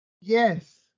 Yes